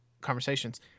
conversations